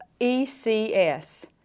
ECS